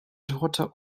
daughter